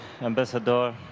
Ambassador